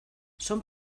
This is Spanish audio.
son